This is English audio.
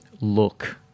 look